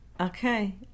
Okay